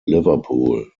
liverpool